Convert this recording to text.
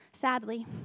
Sadly